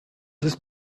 ist